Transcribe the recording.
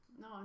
No